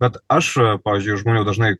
bet aš pavyzdžiui iš žmonių dažnai